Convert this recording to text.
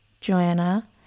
Joanna